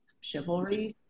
chivalry